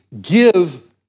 give